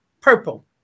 Purple